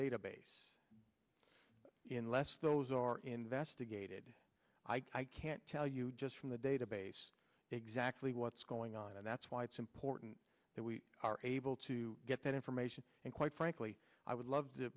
database in less those or investigated i can't tell you just from the database exactly what's going on and that's why it's important that we are able to get that information and quite frankly i would love to